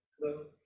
hello